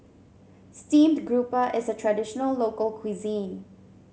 Steamed Grouper is a traditional local cuisine